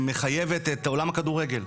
מחייבת את עולם הכדורגל.